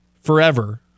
forever